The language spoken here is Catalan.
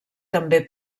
també